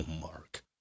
Mark